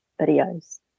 videos